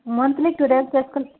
monthly two times